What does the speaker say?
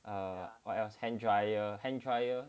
uh what else hand dryer hand dryer